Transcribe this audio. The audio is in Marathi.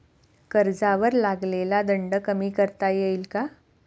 कर्जावर लागलेला दंड कमी करता येईल का?